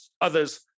Others